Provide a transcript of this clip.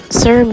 sir